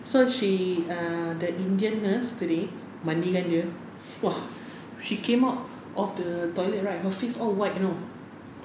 so she uh the indian nurse today mandikan dia !wah! she came out of the toilet right her face all white you know